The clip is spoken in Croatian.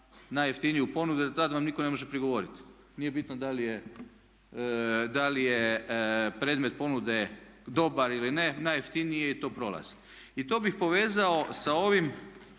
najjeftiniji ponudu jer tad vam nitko ne može prigovoriti. Nije bitno da li je predmet ponude dobar ili ne, najjeftiniji je i to prolazi. I to bih povezao sa ovim